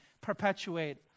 perpetuate